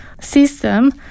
system